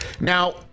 Now